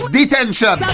Detention